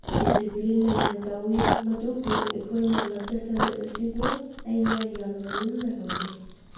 discipline ꯂꯩꯅ ꯇꯧꯏ ꯃꯗꯨꯕꯨ ꯑꯩꯈꯣꯏꯅ ꯂꯝꯆꯠ ꯁꯥꯖꯠ ꯑꯁꯤꯕꯨ ꯑꯩꯅ ꯌꯥꯝꯅ ꯂꯨꯝꯅ ꯂꯧꯖꯩ